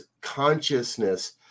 consciousness